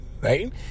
right